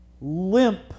limp